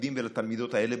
לתלמידים ולתלמידות האלה,